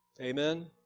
Amen